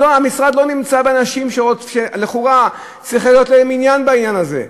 במשרד לא נמצאים אנשים שלכאורה צריך להיות להם עניין בדבר הזה.